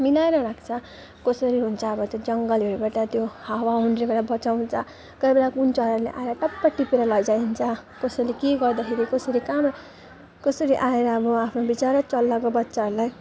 मिलाएर राख्छ कसरी हुन्छ अब त्यो जङ्गलहरूबाट त्यो हावा हुन्डरीबाट बचाउँछ कोही बेला कुन चराले आएर टप्प टिपेर लगिदिन्छ कसैले के गर्दाखेरि कसरी कहाँबाट कसरी आएर अब आफ्नो बिचरा चल्लाको बच्चाहरूलाई